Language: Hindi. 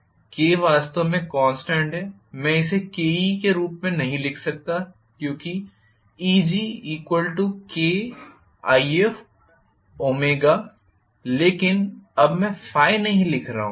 Kवास्तव में कॉन्स्टेंट है मैं इसे Ke के रूप में नहीं लिख सकता क्योंकि EgKIf लेकिन अब मैं नहीं लिख रहा हूं